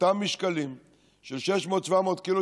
אותם משקלים של 600 700 קילו,